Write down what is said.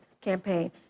campaign